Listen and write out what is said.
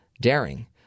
daring